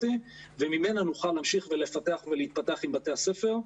וממנה נוכל להמשיך ולפתח ולהתפתח עם בתי הספר.